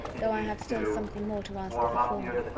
though i have still something more to ask of the former.